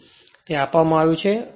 પરંતુ તે આપવામાં આવે છે